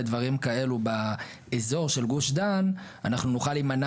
בדברים כאלה באזור של גוש דן אנחנו נוכל להימנע